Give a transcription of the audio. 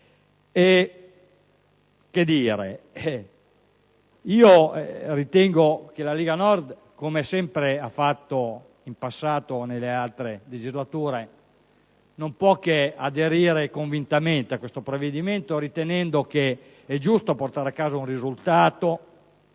in questo contesto. La Lega Nord, così come sempre ha fatto in passato nelle altre legislature, non può che aderire convintamente a questo provvedimento, perché convinta che è giusto portare a casa un risultato,